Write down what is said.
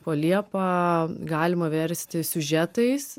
po liepa galima versti siužetais